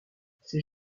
ces